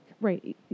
Right